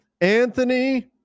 Anthony